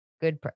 good